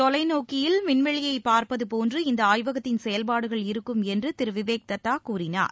தொலைநோக்கியில் விண்வெளியைப் பார்ப்பது போன்று இந்த ஆய்வகத்தின் செயல்பாடுகள் இருக்கும் என்று திரு விவேக் தத்தா கூறினார்